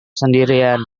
sendirian